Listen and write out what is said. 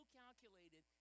calculated